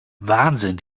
wahnsinn